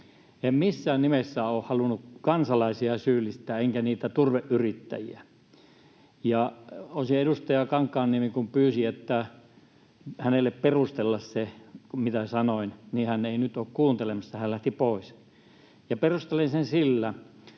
En missään nimessä ole halunnut kansalaisia syyllistää enkä niitä turveyrittäjiä. Edustaja Kankaanniemi pyysi, että hänelle perustelisin sen, mitä sanoin, ja nyt hän ei ole kuuntelemassa, hän lähti pois. Perustelen sen sillä, että